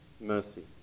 mercy